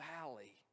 valley